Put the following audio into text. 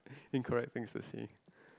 incorrect things to say